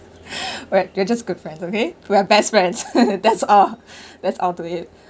we're we just good friends okay we are best friends that's all that's all to it